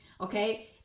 okay